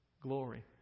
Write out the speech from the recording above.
glory